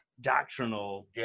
doctrinal